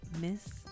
miss